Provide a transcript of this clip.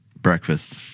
Breakfast